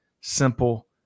simple